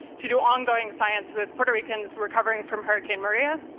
to do ongoing science with puerto ricans recovering from hurricane maria.